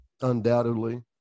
Undoubtedly